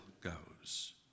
goes